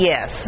Yes